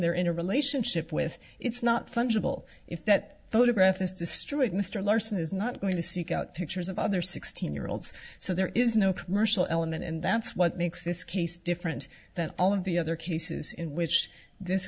they're in a relationship with it's not fungible if that photograph is destroyed mr larson is not going to seek out pictures of other sixteen year olds so there is no commercial element and that's what makes this case different than all of the other cases in which this